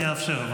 אני אאפשר,